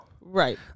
Right